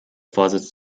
vorsitz